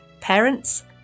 parents